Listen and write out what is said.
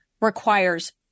requires